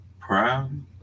Proud